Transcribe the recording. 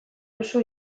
duzu